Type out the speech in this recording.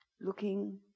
looking